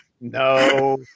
no